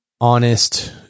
honest